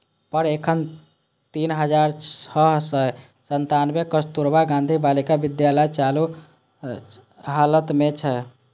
पर एखन तीन हजार छह सय सत्तानबे कस्तुरबा गांधी बालिका विद्यालय चालू हालत मे छै